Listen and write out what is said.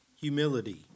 humility